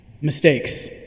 Mistakes